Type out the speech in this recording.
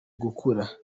gukura